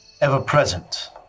ever-present